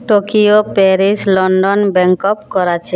Tokyo Paris London Bangkok Karachi